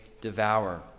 devour